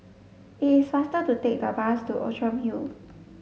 it is faster to take the bus to Outram Hill